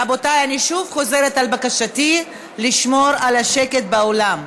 רבותי, אני חוזרת על בקשתי לשמור על השקט באולם.